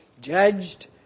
judged